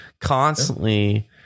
constantly